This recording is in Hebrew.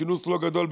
כינוס לא גדול,